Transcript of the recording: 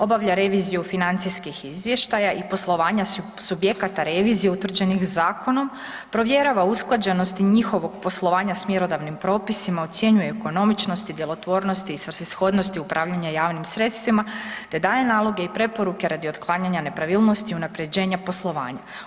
Obavlja reviziju financijskih izvještaja i poslovanja subjekata revizije utvrđenih zakonom, provjerava usklađenosti njihovog poslovanja s mjerodavnim propisima, ocjenjuje ekonomičnosti, djelotvornosti i svrsishodnosti upravljanja javnim sredstvima te daje naloge i preporuke radi otklanjanja nepravilnosti unaprjeđenja poslovanja.